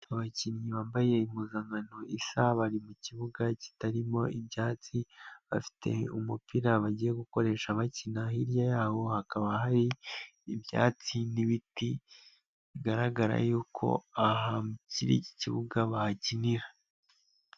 Abakinnyi bambaye impuzankano isa bari mu kibuga kitarimo ibyatsi, bafite umupira bagiye gukoresha bakina, hirya yaho hakaba hari ibyatsi n'ibiti bigaragara yuko aha kuri iki kibuga bahakinira.